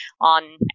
on